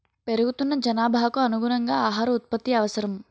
పెరుగుతున్న జనాభాకు అనుగుణంగా ఆహార ఉత్పత్తి అవసరం